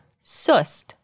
Sust